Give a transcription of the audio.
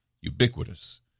ubiquitous